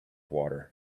water